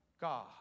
God